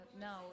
now